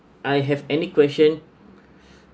I have any question